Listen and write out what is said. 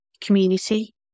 community